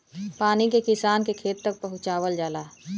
पानी के किसान के खेत तक पहुंचवाल जाला